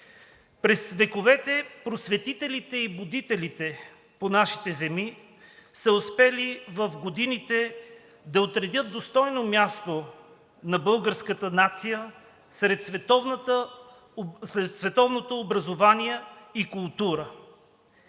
През вековете просветителите и будителите по нашите земи са успели в годините да отредят достойно място на българската нация сред световното образование и култура.